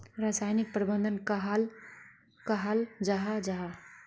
रासायनिक प्रबंधन कहाक कहाल जाहा जाहा?